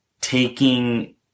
taking